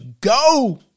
go